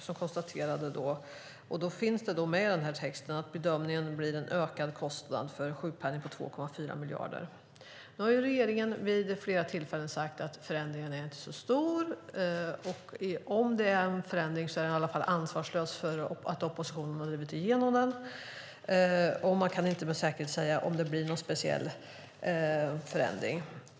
Det konstaterade, och det finns med i texten, att bedömningen blir en ökad kostnad för sjukpenningen på 2,4 miljarder. Nu har regeringen vid flera tillfällen sagt att förändringen inte är så stor. Om det är en förändring är det i varje fall ansvarslöst att oppositionen har drivit igenom den. Man kan inte med säkerhet säga om det blir en speciell förändring.